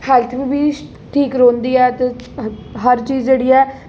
health बी ठीक रौंह्दी ऐ ते हर चीज जेह्ड़ी ऐ